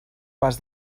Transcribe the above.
pas